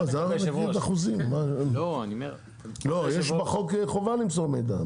כבוד היושב-ראש ------ יש בחוק חובה למסור מידע.